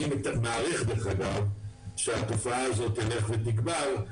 אני מעריך, דרך אגב, שהתופעה הזאת תלך ותגבר,